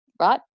right